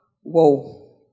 whoa